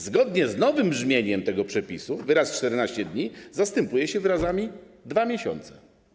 Zgodnie z nowym brzmieniem tego przepisu wyrazy „14 dni” zastępuje się wyrazami „2 miesiące”